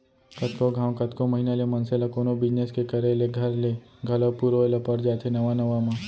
कतको घांव, कतको महिना ले मनसे ल कोनो बिजनेस के करे ले घर ले घलौ पुरोय ल पर जाथे नवा नवा म